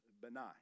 benign